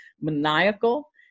maniacal